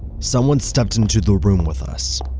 someone stepped into the room with us.